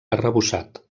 arrebossat